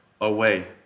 away